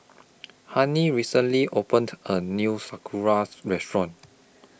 Hennie recently opened A New Sauerkraut Restaurant